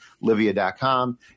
livia.com